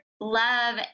love